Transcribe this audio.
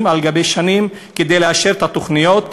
על-גבי שנים כדי לאשר את התוכניות.